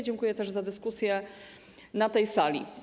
Dziękuję też za dyskusję na tej sali.